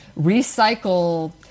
recycle